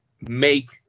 make